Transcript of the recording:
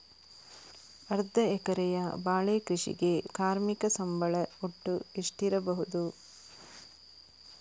ಅರ್ಧ ಎಕರೆಯ ಬಾಳೆ ಕೃಷಿಗೆ ಕಾರ್ಮಿಕ ಸಂಬಳ ಒಟ್ಟು ಎಷ್ಟಿರಬಹುದು?